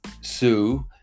sue